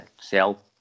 sell